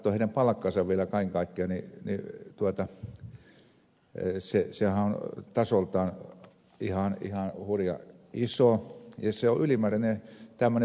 kun katsoo heidän palkkaansa vielä kaiken kaikkiaan niin sehän on tasoltaan ihan hurjan iso ja se on ylimääräinen tämmöinen vahtiorganisaatio